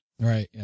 Right